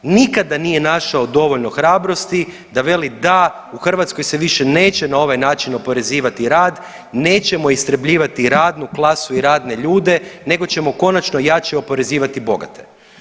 Nikada nije našao dovoljno hrabrosti da veli da u Hrvatskoj se više neće na ovaj način oporezivati rad, nećemo istrebljivati radnu klasu i radne ljude nego ćemo konačno jače oporezivati bogate.